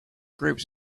groups